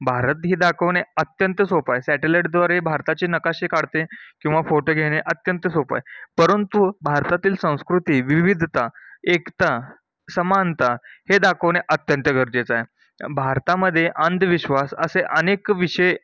भारत ही दाखवणे अत्यंत सोपं आहे सॅटेलाइटद्वारे भारताचे नकाशे काढते किंवा फोटो घेणे अत्यंत सोपं आहे परंतु भारतातील संस्कृती विविधता एकता समानता हे दाखवणे अत्यंत गरजेचं आहे भारतामध्ये अंधविश्वास असे अनेक विषय